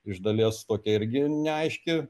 iš dalies tokia irgi neaiški